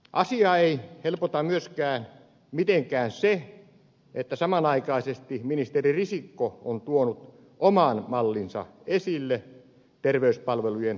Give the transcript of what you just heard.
asiaa ei helpota myöskään mitenkään se että samanaikaisesti ministeri risikko on tuonut oman mallinsa esille terveyspalvelujen toteuttamiseksi